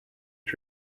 you